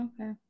Okay